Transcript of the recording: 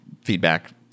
feedback